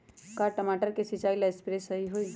का टमाटर के सिचाई ला सप्रे सही होई?